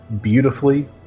beautifully